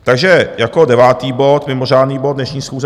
Takže jako devátý bod, mimořádný bod dnešní schůze